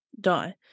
die